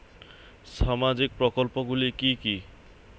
সামাজিক প্রকল্পগুলি কি কি?